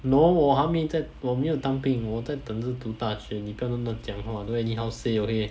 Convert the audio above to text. no 我还没在我没有当兵我在等着读大学你不要乱乱话 don't anyhow say okay